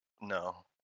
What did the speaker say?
No